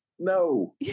No